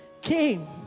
came